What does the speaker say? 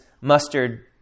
mustard